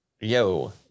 Yo